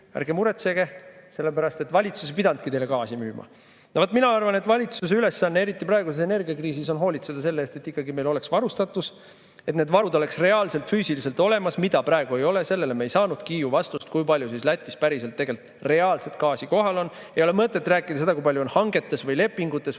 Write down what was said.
ärge muretsege, sellepärast et valitsus ei pidanudki teile gaasi müüma. Vaat, mina arvan, et valitsuse ülesanne, eriti praeguses energiakriisis, on hoolitseda selle eest, et meil oleks varustatus, et need varud oleksid reaalselt, füüsiliselt olemas, aga praegu [neid] ei ole. Sellele me ei saanudki ju vastust, kui palju Lätis päriselt, tegelikult, reaalselt gaasi kohal on. Ei ole mõtet rääkida seda, kui palju on hangetes, lepingutes või